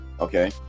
Okay